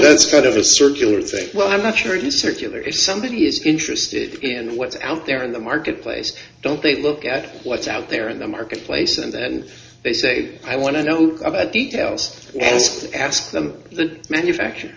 that's kind of a circular thing well i'm not sure it is circular if somebody is interested in what's out there in the marketplace don't they look at what's out there in the marketplace and then they say i want to know about details and ask them the manufacture